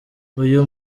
uyu